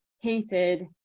hated